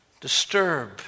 disturb